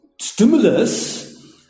stimulus